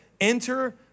enter